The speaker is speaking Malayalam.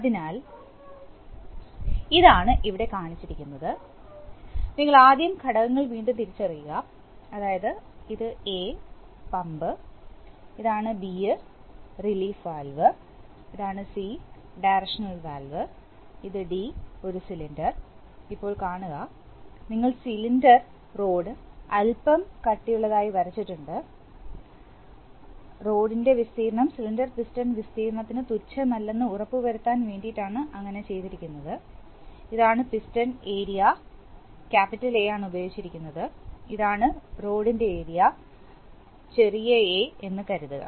അതിനാൽ അതാണ് ഇവിടെ കാണിക്കുന്നത് നിങ്ങൾ ആദ്യം ഘടകങ്ങൾ വീണ്ടും തിരിച്ചറിയുക അതായത് ഇത് എ പമ്പ് ഇതാണ് ബി റിലീഫ് വാൽവ് ഇതാണ് സി ഡയറക്ഷനഅൽ വാൽവ് ഇത് ഡി ഒരു സിലിണ്ടർ ഇപ്പോൾ കാണുക ഞങ്ങൾ സിലിണ്ടർ റോഡ് അൽപ്പം കട്ടിയുള്ളതായി വരച്ചിട്ടുണ്ട് റോഡിൻറെ വിസ്തീർണ്ണം സിലിണ്ടർ പിസ്റ്റൺ വിസ്തീർണതിന്യൂ തുച്ഛമല്ലെന്ന് ഉറപ്പുവരുത്താൻ വേണ്ടിയിട്ടാണ് ആണ് ഇങ്ങനെ ചെയ്തിരിക്കുന്നത് ഇതാണ് പിസ്റ്റൺ ഏരിയ ക്യാപിറ്റൽ എ ഇതാണ് റോഡിൻറെ ഏരിയ ചെറിയ എ എന്ന് കരുതുക